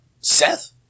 Seth